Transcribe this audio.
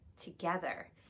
together